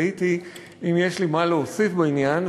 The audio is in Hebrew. תהיתי אם יש לי מה להוסיף בעניין,